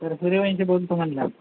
sir Suryavanshi बोलतो आहे म्हणलं